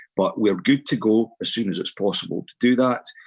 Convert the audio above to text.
but we're good to go as soon as it's possible to do that!